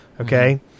Okay